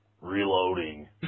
Reloading